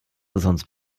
sonst